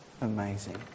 Amazing